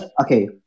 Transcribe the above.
okay